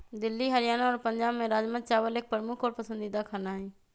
दिल्ली हरियाणा और पंजाब में राजमा चावल एक प्रमुख और पसंदीदा खाना हई